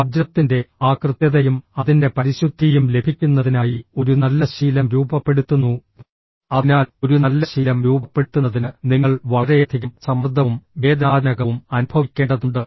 വജ്രത്തിൻറെ ആ കൃത്യതയും അതിൻറെ പരിശുദ്ധിയും ലഭിക്കുന്നതിനായി ഒരു നല്ല ശീലം രൂപപ്പെടുത്തുന്നു അതിനാൽ ഒരു നല്ല ശീലം രൂപപ്പെടുത്തുന്നതിന് നിങ്ങൾ വളരെയധികം സമ്മർദ്ദവും വേദനാജനകവും അനുഭവിക്കേണ്ടതുണ്ട്